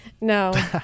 No